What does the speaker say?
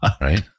Right